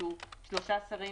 ששלושה שרים,